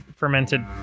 fermented